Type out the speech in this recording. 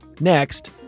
Next